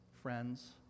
friends